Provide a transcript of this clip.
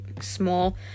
small